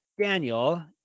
Daniel